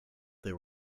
there